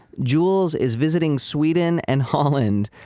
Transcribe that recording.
jules is visiting sweden and holland,